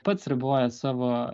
pats riboja savo